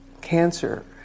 cancer